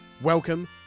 Welcome